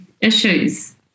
issues